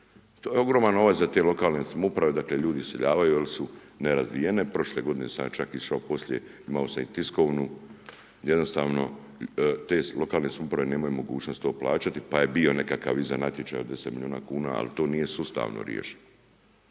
To je ogroman novac za te lokalne samouprave, dakle ljudi iseljavaju jer su nerazvijene. Prošle godine sam ja čak išao poslije, imao sam i tiskovnu gdje jednostavno te lokalne samouprave nemaju mogućnost to plaćati pa je bio nekakav iza natječaj od 10 milijuna kuna, ali to nije sustavno riješeno.